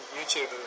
YouTube